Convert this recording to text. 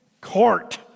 court